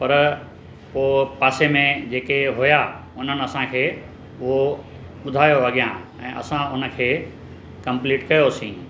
पर पोइ पासे में जेके हुआ उन्हनि असांखे उहो ॿुधायो अॻियां ऐं असां उन खे कंप्लीट कयोसीं